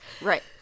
Right